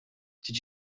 did